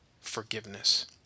forgiveness